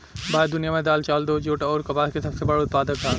भारत दुनिया में दाल चावल दूध जूट आउर कपास के सबसे बड़ उत्पादक ह